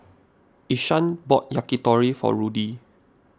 Ishaan bought Yakitori for Rudy